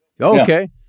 Okay